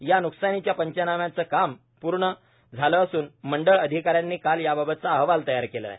या नुकसानीच्या पंचनाम्याचं काम पूर्ण झालं असून मंडळ अधिका यांनी काल याबाबतचा अहवाल तयार केला आहे